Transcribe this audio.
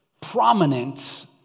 prominent